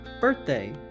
birthday